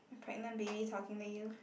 a pregnant baby talking to you